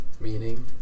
Meaning